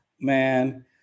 Man